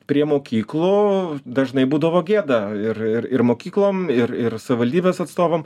prie mokyklų dažnai būdavo gėda ir ir ir mokyklom ir ir savivaldybės atstovam